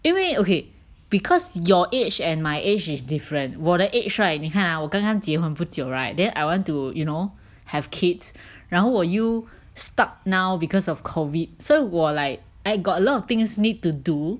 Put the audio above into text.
因为 okay because your age and my age is different 我的 the age right 你看啊我刚刚结婚不久 right then I want to you know have kids 然后我又 stuck now because of COVID so 我 like I got a lot of things need to do